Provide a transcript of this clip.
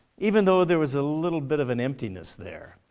even though there was a little bit of an emptiness there.